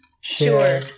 Sure